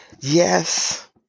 Yes